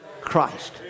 Christ